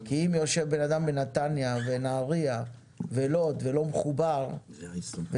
כי אם יושב בנאדם בנתניה או בנהריה ולוד ולא מחובר וזה